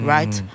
Right